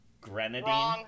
grenadine